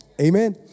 Amen